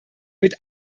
mit